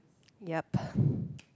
yup